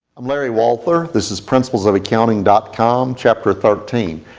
i'm larry walther this is principlesofaccounting dot com chapter thirteen.